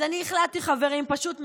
אז אני החלטתי, חברים, פשוט מאוד,